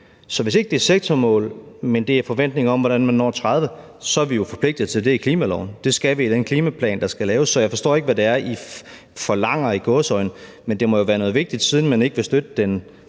Så hvis ikke det er sektormål, men det er forventningen om, hvordan man når 30, så er vi jo forpligtet til det i klimaloven. Det skal vi i den klimaplan, der skal laves, så jeg forstår ikke, hvad det er I – i gåseøjne – forlanger, men det må jo være noget vigtigt, siden man ikke vil støtte den rød-grønne